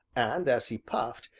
and as he puffed,